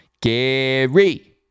Gary